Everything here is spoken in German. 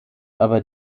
aber